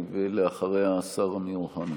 ואחריה, השר אמיר אוחנה.